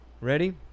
ready